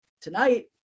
Tonight